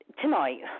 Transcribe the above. tonight